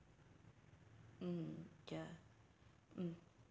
mm ya mm